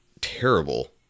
terrible